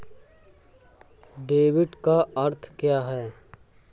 Debit का अर्थ क्या है?